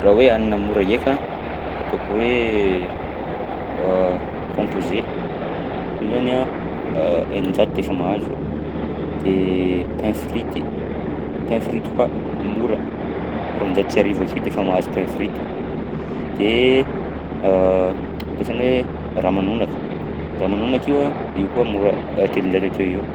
Raha hoe hanina mora ndraika ataoko hoe kompoze io zany a eninjato de efa mahazo, de pain frity, pain frity koa mora roanjato sy arivo akeo de efa mahazo pain frity de de ohatra ny hoe ramanonaka, ramanonaka io a io koa mora telonjato akeoeo.